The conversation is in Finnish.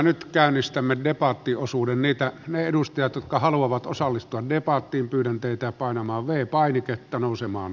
nyt käynnistämme debattiosuuden mitä edustajat jotka haluavat osallistua ja paattiin pyydän teitä panaman vei painiketta nousemaan